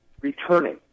returning